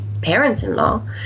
parents-in-law